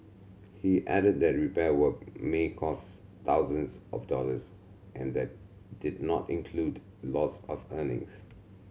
he added that repair work may cost thousands of dollars and that did not include loss of earnings